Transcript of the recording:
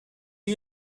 you